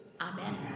Amen